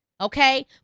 okay